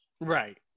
Right